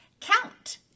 Count